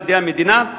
מידי המדינה,